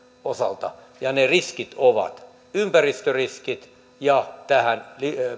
taholta ne riskit ovat ympäristöriskit ja tähän